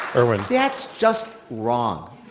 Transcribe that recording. erwin. that's just wrong.